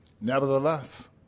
Nevertheless